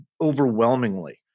overwhelmingly